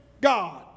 God